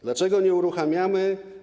Dlaczego nie uruchamiamy?